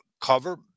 cover